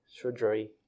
surgery